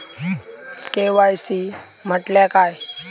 KYC म्हटल्या काय?